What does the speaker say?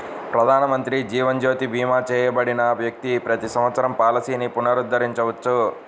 ప్రధానమంత్రి జీవన్ జ్యోతి భీమా చేయబడిన వ్యక్తి ప్రతి సంవత్సరం పాలసీని పునరుద్ధరించవచ్చు